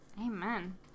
Amen